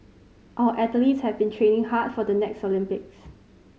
our athletes have been training hard for the next Olympics